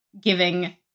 giving